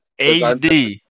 HD